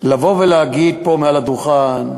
לבוא ולהגיד פה מעל הדוכן,